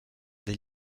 des